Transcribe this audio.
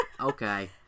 okay